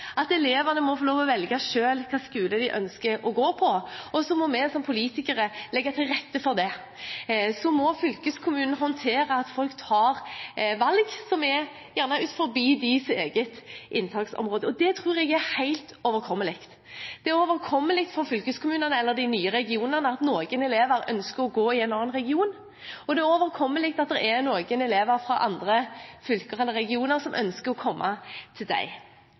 at elevene må selv få lov til å velge hvilken skole de ønsker å gå på, og så må vi som politikere legge til rette for det. Fylkeskommunen må håndtere at folk tar valg som er utenfor deres inntaksområde, og det tror jeg er helt overkommelig. Det er overkommelig for fylkeskommunene eller de nye regionene at noen elever ønsker å gå på skole i en annen region, og det er overkommelig at det er noen elever fra andre fylker eller regioner som ønsker å komme til